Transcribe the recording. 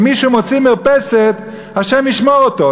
אם מישהו מוציא מרפסת, השם ישמור אותו.